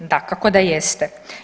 Dakako da jeste.